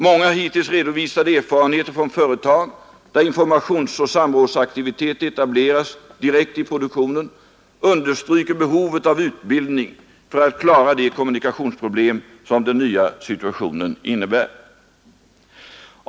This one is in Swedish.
Många hittills redovisade erfarenheter från företag, där informationsoch samrådsaktivitet etablerats direkt i produktionen, understryker behovet av utbildning för att klara de kommunikationsproblem som den nya situationen innebär.